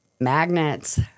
magnets